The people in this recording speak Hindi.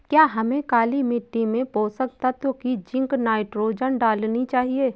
क्या हमें काली मिट्टी में पोषक तत्व की जिंक नाइट्रोजन डालनी चाहिए?